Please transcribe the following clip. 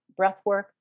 breathwork